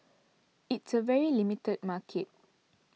it's a very limited market